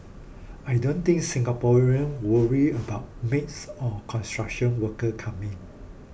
I don't think Singaporeans worry about maids or construction workers coming